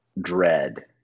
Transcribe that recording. dread